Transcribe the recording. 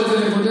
אבל זה דחוף.